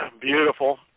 Beautiful